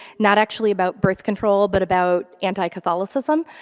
not actually about birth control but about anti-catholicism.